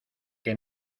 que